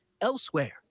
elsewhere